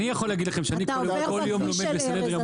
אני יכול להגיד לכם שאני עומד כל בוקר בסנהדריה.